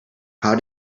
how